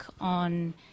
on